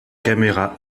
caméra